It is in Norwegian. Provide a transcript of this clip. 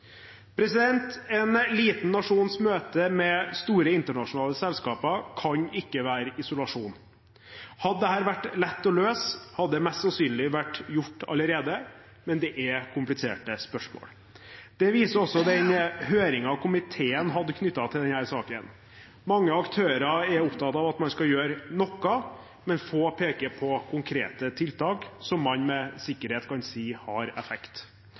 En liten nasjons møte med store internasjonale selskaper kan ikke være isolasjon. Hadde dette vært lett å løse, hadde det mest sannsynlig vært gjort allerede, men det er kompliserte spørsmål. Det viser også den høringen komiteen hadde knyttet til denne saken. Mange aktører er opptatt av at man skal gjøre noe, men få peker på konkrete tiltak som man med sikkerhet kan si har effekt.